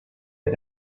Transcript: had